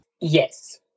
Yes